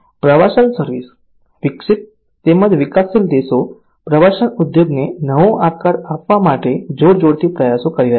પ્રવાસન સર્વિસ વિકસિત તેમજ વિકાસશીલ દેશો પ્રવાસન ઉદ્યોગને નવો આકાર આપવા માટે જોરશોરથી પ્રયાસો કરી રહ્યા છે